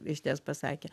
išties pasakė